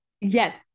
Yes